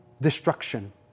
destruction